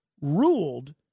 ruled